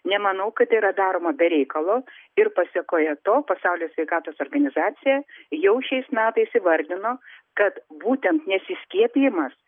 nemanau kad tai yra daroma be reikalo ir pasekoje to pasaulio sveikatos organizacija jau šiais metais įvardino kad būtent nesiskiepijimas